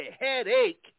headache